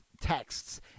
texts